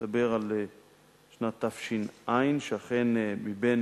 אני מדבר על שנת תש"ע, שאכן, מבין